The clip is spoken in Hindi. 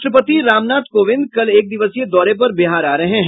राष्ट्रपति रामनाथ कोविंद कल एक दिवसीय दौरे पर बिहार आ रहे हैं